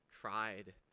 tried